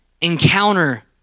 encounter